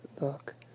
look